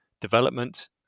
development